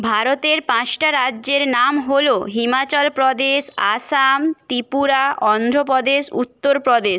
ভারতের পাঁচটি রাজ্যের নাম হল হিমাচল প্রদেশ আসাম ত্রিপুরা অন্ধ্র প্রদেশ উত্তর প্রদেশ